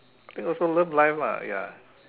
I think also love life lah ya